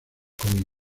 con